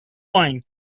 point